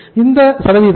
இந்த சதவீதம் என்ன